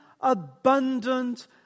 abundant